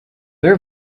are